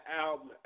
album